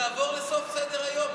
שתעבור לסוף סדר-היום.